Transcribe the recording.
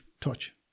touch